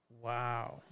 Wow